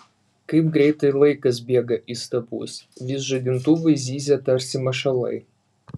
kaip greitai laikas bėga įstabus vis žadintuvai zyzia tarsi mašalai